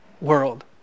world